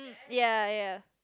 ya ya